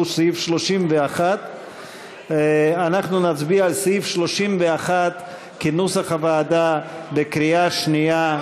והוא סעיף 31. אנחנו נצביע על סעיף 31 כנוסח הוועדה בקריאה שנייה.